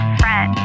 friend